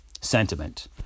sentiment